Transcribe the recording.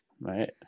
right